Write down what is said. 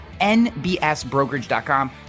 nbsbrokerage.com